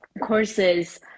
courses